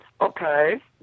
Okay